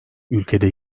ülkede